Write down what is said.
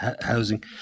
housing